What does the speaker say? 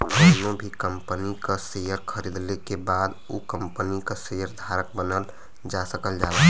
कउनो भी कंपनी क शेयर खरीदले के बाद उ कम्पनी क शेयर धारक बनल जा सकल जाला